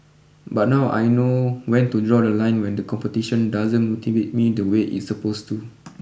but now I know when to draw the line when the competition doesn't motivate me the way it's supposed to